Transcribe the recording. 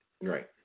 Right